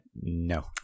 no